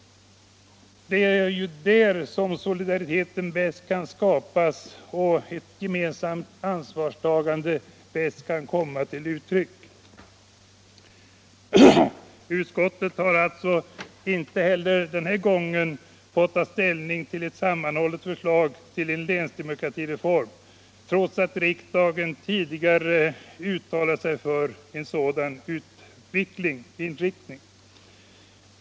Det är där solidariteten bäst kan skapas och gemensamt ansvarstagande bäst kan komma till uttryck. Utskottet har alltså inte heller denna gång fått ta ställning till ett sammanhållet förslag till en länsdemokratireform, trots att riksdagen tidigare uttalat sig för ett sådant.